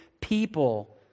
people